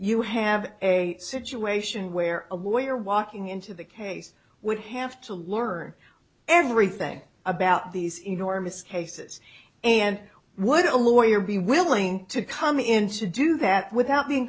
you have a situation where a boy or walking into the case would have to learn everything about these enormous cases and what a lawyer be willing to come in to do that without being